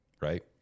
Right